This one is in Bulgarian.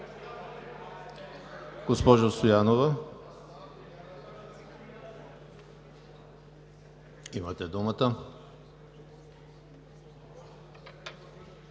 Госпожо Стоянова, имате думата.